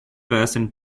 person